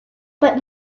but